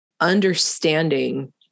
understanding